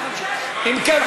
כן,